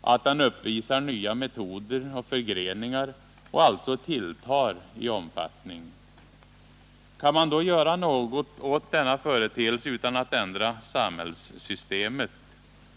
att den uppvisar nya metoder och förgreningar och alltså tilltar i omfattning. Kan man då göra något åt denna företeelse utan att ändra samhällssystemet?